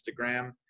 Instagram